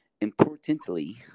importantly